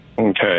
Okay